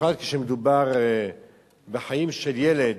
בפרט כשמדובר בחיים של ילד,